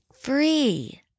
free